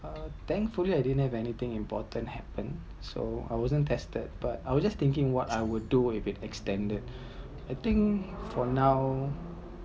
uh thankfully I didn’t have anything important happened so I wasn’t tested but I’ll just thinking what I would do if extended I think for now